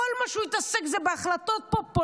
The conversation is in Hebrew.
כל מה שהוא התעסק זה בהחלטות פופוליסטיות.